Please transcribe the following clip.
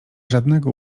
żadnego